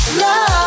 love